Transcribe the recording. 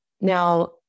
Now